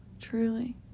truly